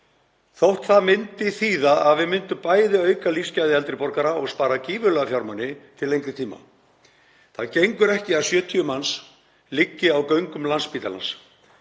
þótt það myndi þýða að við myndum bæði auka lífsgæði eldri borgara og spara gífurlega fjármagn til lengri tíma. Það gengur ekki að 70 manns liggi á göngum Landspítalans.